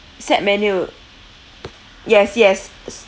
set menu yes yes